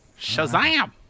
Shazam